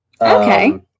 Okay